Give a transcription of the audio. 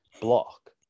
block